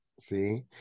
See